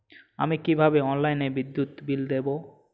আমি কিভাবে অনলাইনে বিদ্যুৎ বিল দেবো?